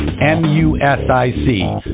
M-U-S-I-C